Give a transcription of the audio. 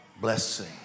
blessing